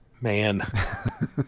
Man